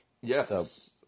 Yes